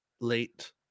late